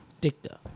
Dicta